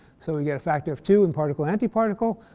so we get a factor of two in particle anti-particle.